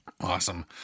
Awesome